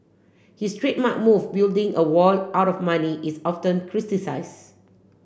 his trademark move building a wall out of money is often criticised